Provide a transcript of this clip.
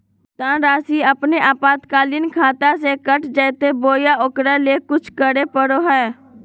भुक्तान रासि अपने आपातकालीन खाता से कट जैतैय बोया ओकरा ले कुछ करे परो है?